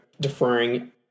deferring